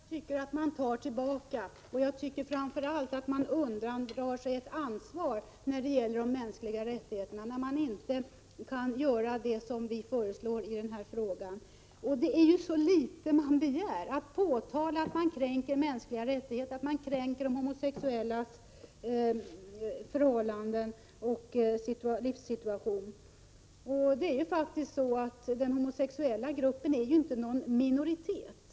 Herr talman! Jag tycker att regeringen tar tillbaka sin inställning. Jag tycker framför allt att regeringen undandrar sig sitt ansvar när det gäller de mänskliga rättigheterna, när den inte vill göra det vi föreslår. Vi begär så litet, nämligen att regeringen påtalar att de mänskliga rättigheterna och de homosexuellas rättigheter kränks. Den homosexuella gruppen utgör ingen minoritet.